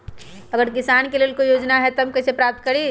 अगर किसान के लेल कोई योजना है त हम कईसे प्राप्त करी?